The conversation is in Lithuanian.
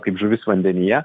kaip žuvis vandenyje